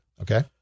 Okay